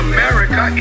America